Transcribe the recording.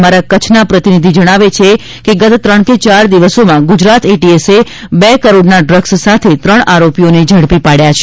અમારા કચ્છના પ્રતિનિધિ જણાવે છે કે ગત ત્રણ કે ચાર દિવસોમાં ગુજરાત એટીએસએ બે કરોડના ડ્રગ્સ સાથે ત્રણ આરોપીઓને ઝડપી પાડ્યા છે